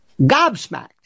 gobsmacked